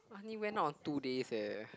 I only went out on two days eh